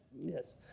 Yes